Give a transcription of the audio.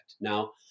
Now